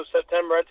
September